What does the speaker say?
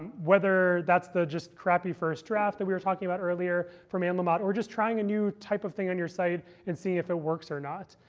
whether that's the just crappy first draft that we were talking about earlier from anne lamott, or just trying a new type of thing on your site and seeing if it works or not.